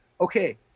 okay